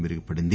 మెరుగు పడింది